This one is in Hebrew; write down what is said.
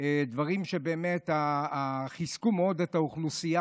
דברים שבאמת חיזקו מאוד את האוכלוסייה